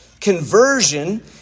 Conversion